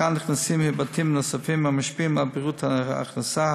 כאן נכנסים היבטים נוספים המשפיעים על בריאות: הכנסה,